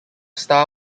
star